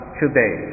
today